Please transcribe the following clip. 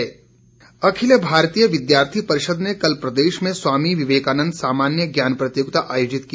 ABVP अखिल भारतीय विद्यार्थी परिषद ने कल प्रदेश में स्वामी विवेकानन्द सामान्य ज्ञान प्रतियोगिता आयोजित की